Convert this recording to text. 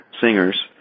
singers